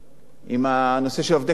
על הנושא של עובדי קבלן.